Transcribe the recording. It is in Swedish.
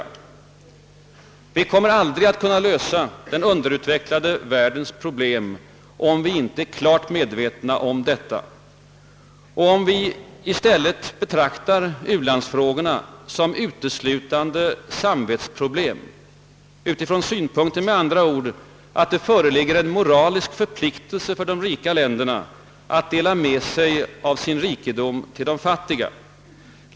Vi kommer aldrig att kunna lösa den underutvecklade världens problem, om vi inte är klart medvetna härom. Vi får inte betrakta u-landsfrågorna som uteslutande samvetsproblem — utifrån synpunkten, med andra ord, att det föreligger en moralisk förpliktelse för de rika länderna att dela med sig av sin rikedom till de fattiga.